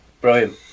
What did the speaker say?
brilliant